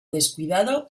descuidado